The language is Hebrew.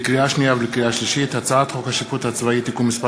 לקריאה שנייה ולקריאה שלישית: הצעת חוק השיפוט הצבאי (תיקון מס'